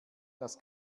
das